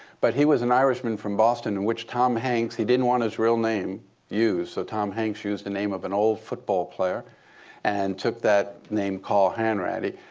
but he was an irishman from boston, and which tom hanks he didn't want his real name used. so tom hanks used the name of an old football player and took that name carl hanratty.